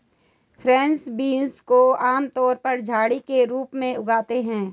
French beans को आमतौर पर झड़ी के रूप में उगाते है